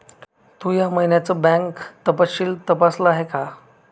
तू या महिन्याचं बँक तपशील तपासल आहे का?